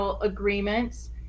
agreements